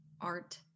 art